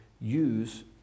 use